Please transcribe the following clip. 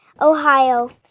Ohio